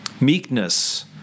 Meekness